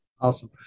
Awesome